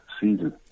season